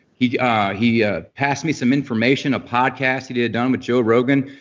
he yeah he ah passed me some information of podcasts he had done with joe rogan.